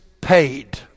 paid